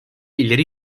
ileri